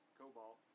cobalt